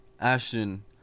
ashton